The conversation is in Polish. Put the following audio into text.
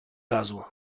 razu